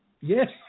Yes